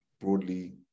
broadly